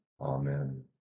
Amen